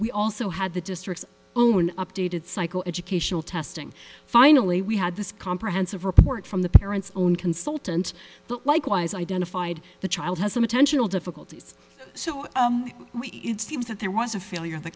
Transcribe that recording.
we also had the districts own updated psychoeducational testing finally we had this comprehensive report from the parents own consultant that likewise identified the child has some intentional difficulties so it seems that there was a failure